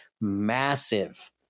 massive